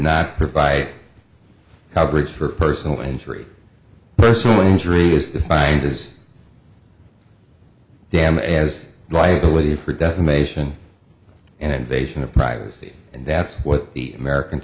not provide coverage for personal injury personal injury is defined as damages liability for defamation and invasion of privacy and that's what the american